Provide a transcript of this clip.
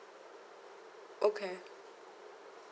okay